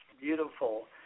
Beautiful